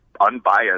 unbiased